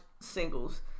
singles